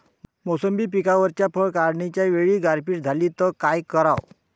मोसंबी पिकावरच्या फळं काढनीच्या वेळी गारपीट झाली त काय कराव?